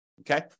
okay